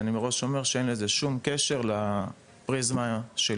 אני מראש אומר שאין לזה שום קשר למקרה שלי.